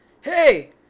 hey